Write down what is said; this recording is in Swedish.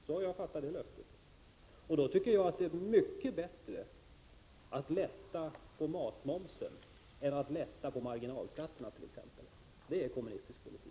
Så har jag fattat löftet, och då tycker jag att det är mycket bättre att lätta på matmomsen än att lätta på marginalskatterna t.ex. Det är kommunistisk politik.